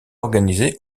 organisé